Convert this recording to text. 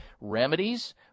remedies